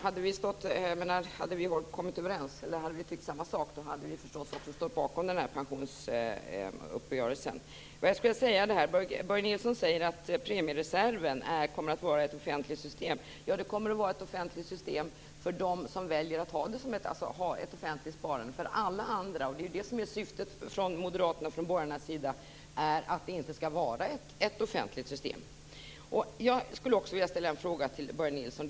Fru talman! Hade vi tyckt samma sak hade förstås också vi stått bakom pensionsuppgörelsen. Börje Nilsson sade att premiereserven kommer att vara ett offentligt system. Ja, för dem som väljer att ha ett offentligt sparande. För alla andra kommer det inte att vara ett offentligt system, och det är ju det som är syftet från moderaternas och borgarnas sida. Nilsson.